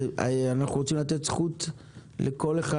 אנחנו רוצים לתת זכות לכל אחד,